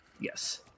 Yes